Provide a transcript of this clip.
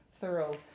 thorough